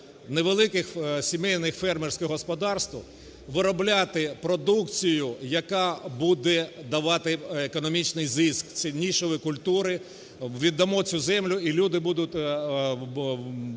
невеликих сімейних фермерських господарств виробляти продукцію, яка буде давати економічний зиск, цінніші культури. Віддамо цю землю і люди будуть виробляти